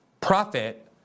profit